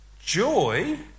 joy